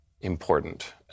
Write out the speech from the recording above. important